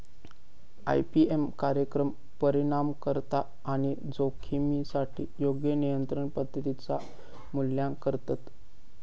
IPM कार्यक्रम परिणामकारकता आणि जोखमीसाठी योग्य नियंत्रण पद्धतींचा मूल्यांकन करतत